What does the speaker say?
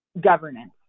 governance